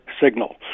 signal